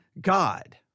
God